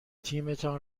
تیمتان